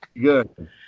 Good